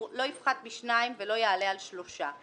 לא יפחת משניים ולא יעלה על שלושה.